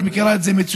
את מכירה את זה מצוין,